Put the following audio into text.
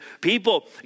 people